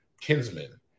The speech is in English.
kinsmen